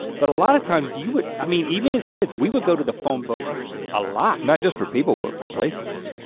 but a lot of times you would, i mean even as kids, we would go to the phonebook a lot. not just for people, but for places.